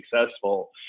successful